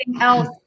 else